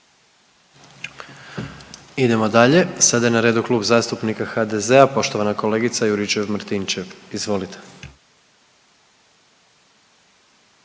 Idemo dalje, sada je na redu Klub zastupnika HDZ-a, poštovana kolegica Juričev Martičnev. Izvolite.